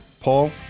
Paul